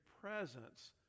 presence